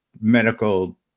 medical